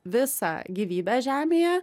visą gyvybę žemėje